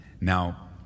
Now